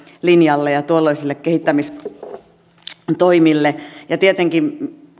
linjalle ja ja tuolloisille kehittämistoimille tietenkin